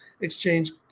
exchange